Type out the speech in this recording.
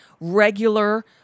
regular